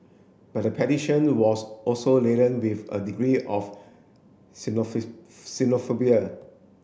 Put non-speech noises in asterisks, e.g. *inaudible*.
but the petition was also laden with a degree of *unintelligible* xenophobia